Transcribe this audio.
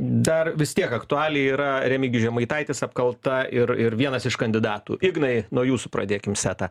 dar vis tiek aktualija yra remigijus žemaitaitis apkalta ir ir vienas iš kandidatų ignai nuo jūsų pradėkim setą